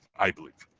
i believe.